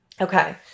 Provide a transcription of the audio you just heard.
okay